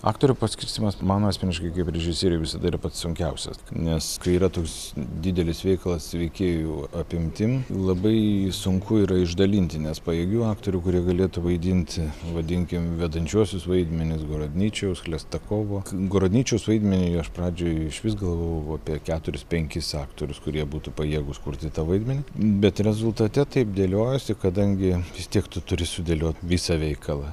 aktorių paskirstymas man asmeniškai kaip režisieriui visada yra pats sunkiausias nes kai yra toks didelis veikalas veikėjų apimtim labai sunku yra išdalinti nes pajėgių aktorių kurie galėtų vaidinti vadinkim vedančiuosius vaidmenis gorodničiaus chlestakovo gorodničiaus vaidmeniui aš pradžioj išvis galvojau apie keturis penkis aktorius kurie būtų pajėgūs kurti tą vaidmenį bet rezultate taip dėliojosi kadangi vis tiek tu turi sudėliot visą veikalą